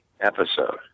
episode